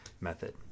method